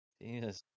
Yes